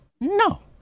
No